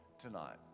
tonight